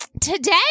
today